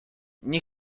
nie